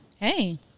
Hey